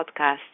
podcast